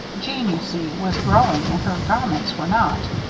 jeanne, you see, was growing and her garments were not.